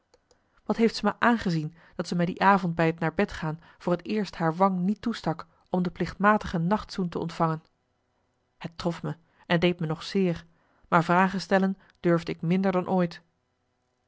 wat heeft zij me aangezien dat ze mij die avond bij het naar bed gaan voor t eerst haar wang niet toestak om de plichtmatige nachtzoen te ontvangen het trof me en deed me nog zeer maar vragen stellen durfde ik minder dan ooit